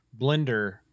Blender